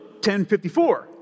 1054